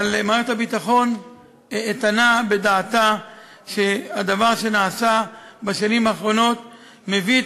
אבל מערכת הביטחון איתנה בדעתה שהדבר שנעשה בשנים האחרונות מביא את